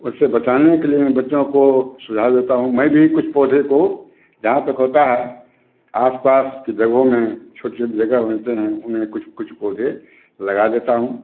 उससे बचाने के लिए मैं बच्चों को सुझाव देता हूँ मैं भी कुछ पौधे को जहाँ तक होता है आस पास की जगहों में छोटी छोटी जगह होते हैं उन्हें कुछ कुछ पौधे लगा देता हूँ